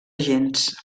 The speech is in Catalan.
gens